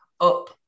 Up